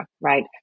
right